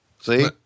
See